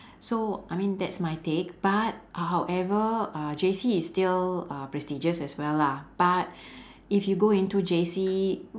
so I mean that's my take but however uh J_C is still uh prestigious as well lah but if you go into J_C